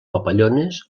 papallones